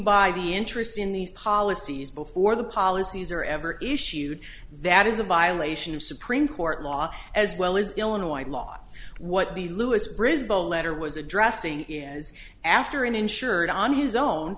buy the interest in these policies before the policies are ever issued that is a violation of supreme court law as well as illinois law what the lewis risible letter was addressing is after an insured on his own